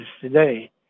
today